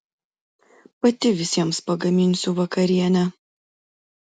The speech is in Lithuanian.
pati visiems pagaminsiu vakarienę